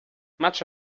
much